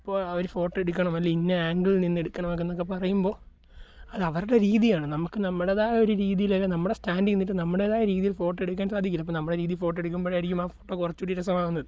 ഇപ്പോൾ ആ ഒരു ഫോട്ടോ എടുക്കണം അല്ലേ ഇന്ന ആംഗിൾ നിന്നെടുക്കണം എന്നൊക്കെ പറയുമ്പോൾ അതവരുടെ രീതിയാണ് നമുക്ക് നമ്മുടേതായ ഒരു രീതിയിലല്ലേ നമ്മുടെ സ്റ്റാൻ്റിൽ നിന്നിട്ട് നമ്മുടേതായ രീതിയിൽ ഫോട്ടോ എടുക്കാൻ സാധിക്കില്ല അപ്പോൾ നമ്മുടെ രീതി ഫോട്ടോ എടുക്കുമ്പോഴായിരിക്കും ആ ഫോട്ടോ കുറച്ചുകൂടി രസമാകുന്നത്